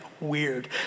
weird